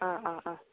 अ अ अ